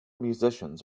musicians